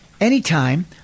anytime